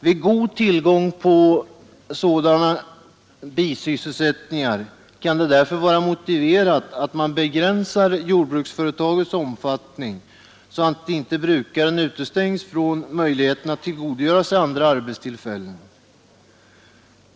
Vid god tillgång till bisysselsättningar kan det därför vara motiverat att man begränsar jordbruksföretagets omfattning, så att inte brukaren utestängs från möjligheten att tillgodogöra sig andra arbetstillfällen.